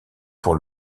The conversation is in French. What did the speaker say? pour